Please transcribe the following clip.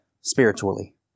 spiritually